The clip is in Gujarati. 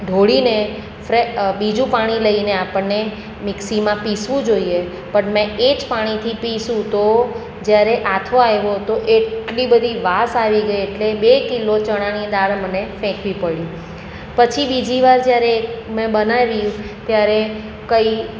ઢોળીને ફ્રે બીજું પાણી લઈને આપણને મિક્સીમાં પીસવું જોઈએ પણ મેં એ જ પાણીથી પીસ્યું તો જ્યારે આથો આવ્યો તો ત્યારે એટલી બધી વાસ આવી ગઈ એટલે બે કિલો ચણાની દાળ મને ફેંકવી પડી પછી બીજી વાર જ્યારે મેં બનાવી ત્યારે કંઈ